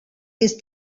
ist